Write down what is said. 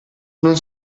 non